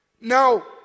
Now